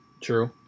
True